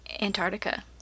Antarctica